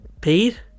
Pete